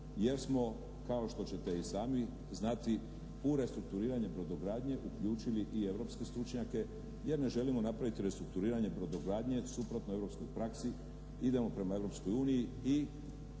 jer smo kao što ćete i sami znati u restrukturiranje brodogradnje uključili i europske stručnjake jer ne želimo napraviti restrukturiranje brodogradnje suprotno europskoj praksi, idemo prema Europskoj uniji i